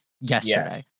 yesterday